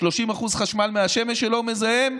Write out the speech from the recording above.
30% חשמל מהשמש שלא מזהם.